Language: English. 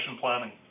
planning